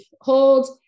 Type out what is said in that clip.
Hold